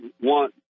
want